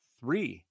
three